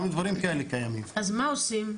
אז מה עושים?